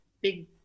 big